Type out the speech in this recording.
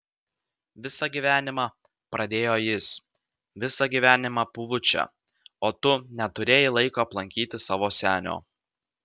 visą gyvenimą pradėjo jis visą gyvenimą pūvu čia o tu neturėjai laiko aplankyti savo senio